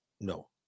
no